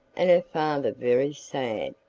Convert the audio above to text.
and her father very sad,